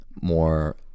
more